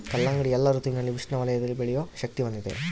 ಕಲ್ಲಂಗಡಿ ಎಲ್ಲಾ ಋತುವಿನಲ್ಲಿ ಉಷ್ಣ ವಲಯದಲ್ಲಿ ಬೆಳೆಯೋ ಶಕ್ತಿ ಹೊಂದಿದೆ